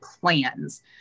plans